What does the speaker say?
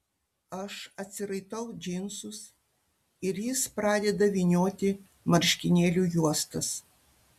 aš atsiraitau džinsus ir jis pradeda vynioti marškinėlių juostas